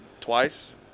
twice